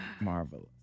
Marvelous